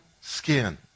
skin